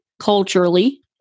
culturally